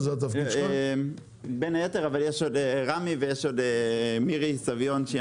בין היתר, אבל יש רמי ויש מירי סביון.